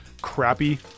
crappy